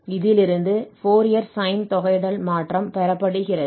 இதிலிருந்து தலைகீழ் Fourier sine தொகையிடல் மாற்றம் பெறப்படுகிறது